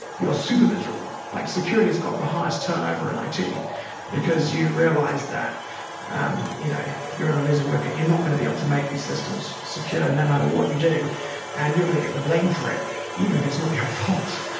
you're super miserable. like securities got the highest turnover in it because you realize that um you know you're in a losing wicket. you're not going to be able to make these systems secure no matter what you do and you're going to get the blame for it even if it's not your fault.